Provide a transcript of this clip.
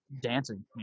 dancing